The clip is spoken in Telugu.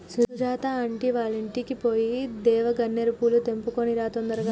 సుజాత ఆంటీ వాళ్ళింటికి పోయి దేవగన్నేరు పూలు తెంపుకొని రా తొందరగా